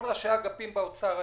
כל ראשי האגפים באוצר היו.